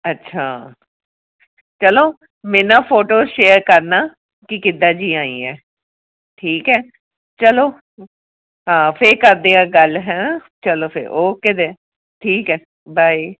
ਅੱਛਾ ਚਲੋ ਮੇਰੇ ਨਾਲ ਫੋਟੋ ਸ਼ੇਅਰ ਕਰਨਾ ਕਿ ਕਿੱਦਾਂ ਜੀ ਆਈ ਹੈ ਠੀਕ ਹੈ ਚਲੋ ਹਾਂ ਫਿਰ ਕਰਦੇ ਹਾਂ ਗੱਲ ਹੈ ਨਾ ਚਲੋ ਫਿਰ ਓਕੇ ਜੇ ਠੀਕ ਹੈ ਬਾਏ